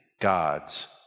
God's